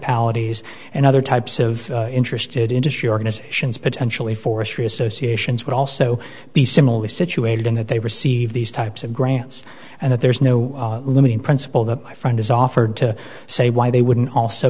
allergies and other types of interested industry organizations potentially forestry associations would also be similarly situated in that they received these types of grants and that there's no limiting principle that my friend has offered to say why they wouldn't also